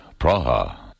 Praha